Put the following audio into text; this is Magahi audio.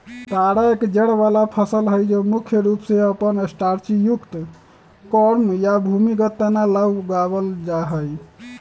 तारा एक जड़ वाला फसल हई जो मुख्य रूप से अपन स्टार्चयुक्त कॉर्म या भूमिगत तना ला उगावल जाहई